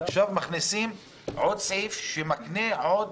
ועכשיו מכניסים עוד סעיף שמקנה עוד